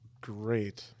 great